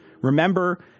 remember